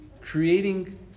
creating